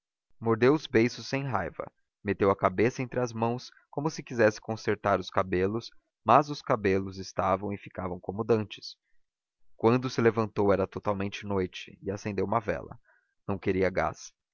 mordeu os beiços sem raiva meteu a cabeça entre as mãos como se quisesse concertar os cabelos mas os cabelos estavam e ficavam como dantes quando se levantou era totalmente noite e acendeu uma vela não queria gás